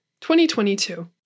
2022